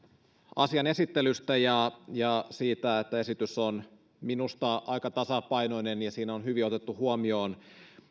asian esittelystä ja ja siitä että esitys on minusta aika tasapainoinen ja siinä on hyvin otettu huomioon